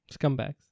Scumbags